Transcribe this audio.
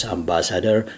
Ambassador